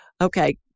Okay